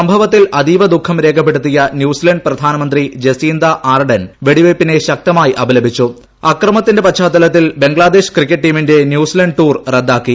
സംഭവത്തിൽ അതീവ ദുഃഖം രേഖപ്പെടുത്തിയ ന്യൂസിലാന്റ് പ്രധാനമന്ത്രി ജസീന്ത ആർഡൻ വെടിവയ്പിനെ ശക്തമായി അപലപിച്ചു അക്രമത്തിന്റെ പശ്ചാത്തലത്തിൽ ബംഗ്ലാദേശ് ക്രിക്കറ്റ് ട്ടീമിന്റെ ന്യൂസിലാന്റ് ടൂർ റദ്ദാക്കി